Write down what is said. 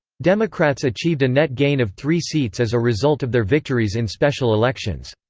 democrats achieved a net gain of three seats as a result of their victories in special elections.